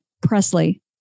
Presley